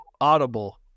Audible